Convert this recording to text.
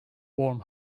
warm